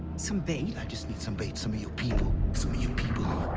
some bait? i just need some bait, some of your people. some of your people,